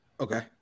Okay